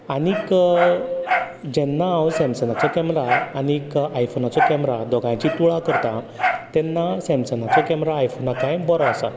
आनीक जेन्ना हांव सॅमसंगांचो कॅमरा आनीक आयफोनाचो कॅमरा दोगांची तुळा करता तेन्ना सॅमसंगाचो कॅमरा आयोफोनाकाय बरो आसा